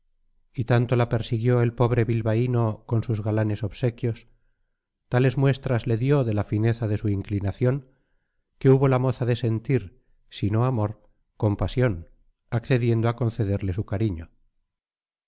y tanto la persiguió el pobre bilbaíno con sus galantes obsequios tales muestras le dio de la fineza de su inclinación que hubo la moza de sentir si no amor compasión accediendo a concederle su cariño